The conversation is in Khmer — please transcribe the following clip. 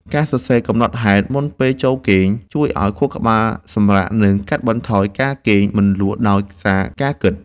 ការសរសេរកំណត់ហេតុមុនពេលចូលគេង ជួយឱ្យខួរក្បាលសម្រាក និងកាត់បន្ថយការគេងមិនលក់ដោយសារការគិត។